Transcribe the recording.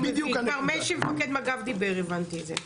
אני כבר משמפקד מג"ב דיבר הבנתי את זה.